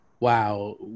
wow